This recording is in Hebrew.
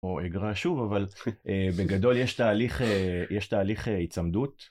או אגרה שוב, אבל בגדול יש תהליך אה... יש תהליך הצמדות.